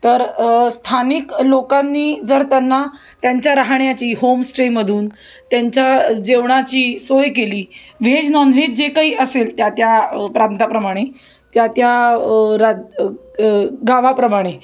तर स्थानिक लोकांनी जर त्यांना त्यांच्या राहण्याची होमस्टेमधून त्यांच्या जेवणाची सोय केली व्हेज नॉनव्हेज जे काही असेल त्या त्या प्रांताप्रमाणे त्या त्या गावाप्रमाणे